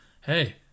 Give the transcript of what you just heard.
hey